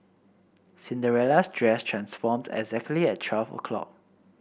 Cinderella's dress transformed exactly at twelve o'clock